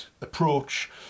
approach